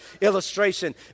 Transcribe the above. illustration